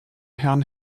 herrn